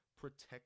protect